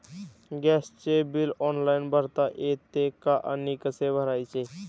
गॅसचे bill online भरता येते का आणि कसे भरायचे?